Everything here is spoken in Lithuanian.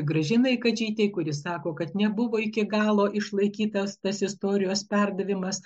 gražinai kadžytei kuri sako kad nebuvo iki galo išlaikytas tas istorijos perdavimas